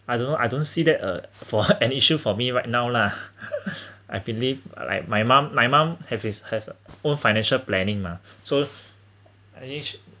I don't know I don't see that uh for an issue for me right now lah I believe like my mom my mom have is have own financial planning mah so each